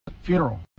funeral